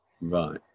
right